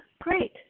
Great